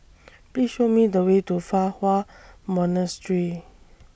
Please Show Me The Way to Fa Hua Monastery